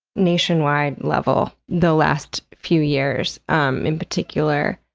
nationwide level, the last few years um in particular?